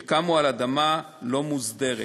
שקמו, על אדמה לא מוסדרת.